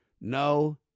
no